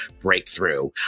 breakthrough